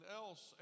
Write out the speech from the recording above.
else